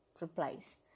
replies